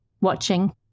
watching